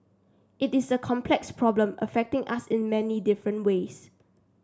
it is a complex problem affecting us in many different ways